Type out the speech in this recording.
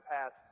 past